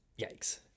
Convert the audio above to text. yikes